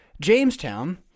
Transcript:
Jamestown